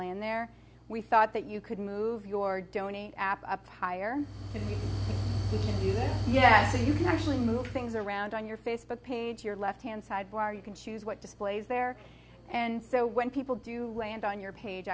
land there we thought that you could move your donate app up higher yes you can actually move things around on your facebook page your left hand side bar you can choose what displays there and so when people do land on your page